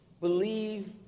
believe